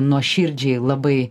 nuoširdžiai labai